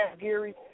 Gary